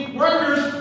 workers